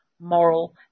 moral